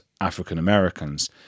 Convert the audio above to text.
African-Americans